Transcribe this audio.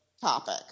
topic